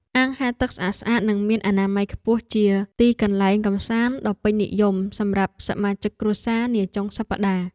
អាងហែលទឹកស្អាតៗនិងមានអនាម័យខ្ពស់ជាទីកន្លែងកម្សាន្តដ៏ពេញនិយមសម្រាប់សមាជិកគ្រួសារនាចុងសប្តាហ៍។